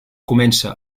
comença